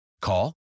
Call